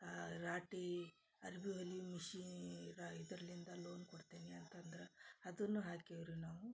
ಆ ರಾಟೀ ಅರ್ವಿ ಹೋಲಿ ಮಿಷೀ ರಾ ಇದ್ರಲಿಂದ ಲೋನ್ ಕೊಡ್ತೀನಿ ಅಂತಂದ್ರೆ ಅದನ್ನು ಹಾಕಿವ್ರೀ ನಾವು